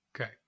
Okay